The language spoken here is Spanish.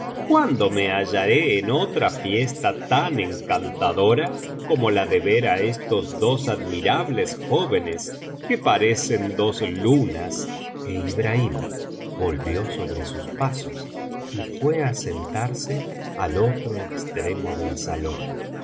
cuándo me hallaré en otra fiesta tan encantadora como la de ver á estos dos admirables jóvenes que parecen dos lunas e ibrahim volvió sobre sus pasos y fué á sentarse al otro extremo del salón